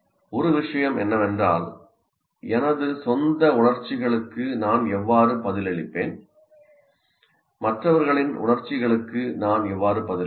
ஒரு விஷயம் என்னவென்றால் எனது சொந்த உணர்ச்சிகளுக்கு நான் எவ்வாறு பதிலளிப்பேன் மற்றவர்களின் உணர்ச்சிகளுக்கு நான் எவ்வாறு பதிலளிப்பேன்